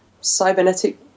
cybernetic